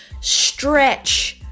Stretch